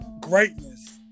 greatness